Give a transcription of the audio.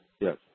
yes